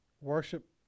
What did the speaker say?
Worship